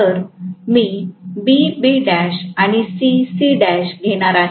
तर मी B Bl आणि C Cl घेणार आहे